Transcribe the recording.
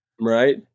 Right